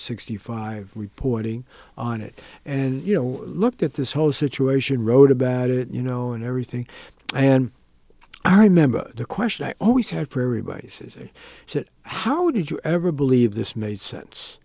sixty five reporting on it and you know looked at this whole situation wrote about it you know and everything and i remember the question i always had for everybody says that how did you ever believe this made sense